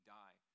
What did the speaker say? die